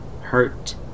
hurt